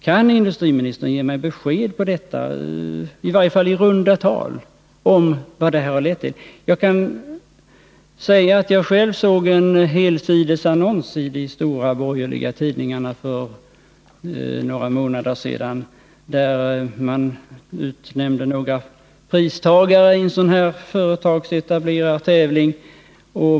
Kan industriministern ge mig besked, i varje fall i runda tal, om vad dessa insatser lett till? Jag kan nämna att jag själv såg en helsidesannons i de stora borgerliga tidningarna för några månader sedan, där man utnämnde några pristagare i en företagsetablerartävling.